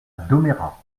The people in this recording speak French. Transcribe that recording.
domérat